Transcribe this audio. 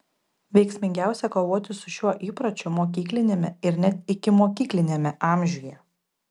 veiksmingiausia kovoti su šiuo įpročiu mokykliniame ir net ikimokykliniame amžiuje